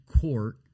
court